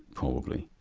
probably,